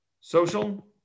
Social